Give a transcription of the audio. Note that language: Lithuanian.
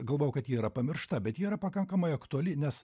galvoju kad ji yra pamiršta bet yra pakankamai aktuali nes